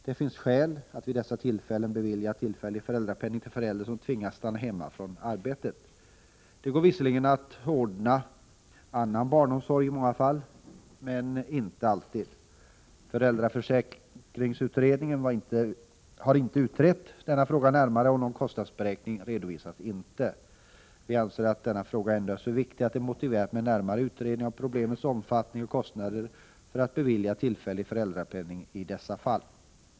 Det finns skäl att vid dessa tillfällen bevilja tillfällig föräldrapenning till föräldrar som tvingas stanna hemma från arbetet. I många fall går det visserligen att ordna annan barnomsorg men inte alltid. Föräldraförsäkringsutredningen har inte utrett denna fråga närmare, och någon kostnadsberäkning redovisas inte. Vi anser att denna fråga ändå är så viktig att det är motiverat med en närmare utredning av problemets omfattning och kostnaderna för att bevilja tillfällig föräldrapenning i dessa fall.